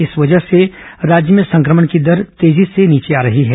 इस वजह से राज्य में संक्रमण की दर तेजी से नीचे आ रही है